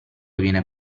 viene